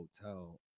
hotel